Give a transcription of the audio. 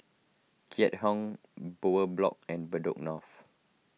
Keat Hong Bowyer Block and Bedok North